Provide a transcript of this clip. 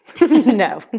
No